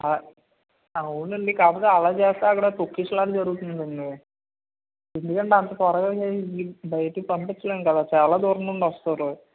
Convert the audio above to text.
అవునండి కాకపోతే అలా చేస్తే అక్కడ తొక్కిసలాట జరుగుతుంది కదండీ ఎందుకంటే అంత త్వరగా బయటికి పంపిచలేము కదా అండి చాలా దూరం నుంచి వస్తారు